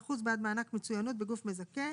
1% בעד מענק מצוינות בגוף מזכה",